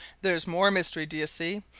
there's more mystery, do you see?